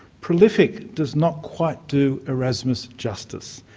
prolific does not quite do erasmus justice.